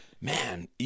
man